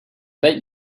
bet